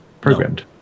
programmed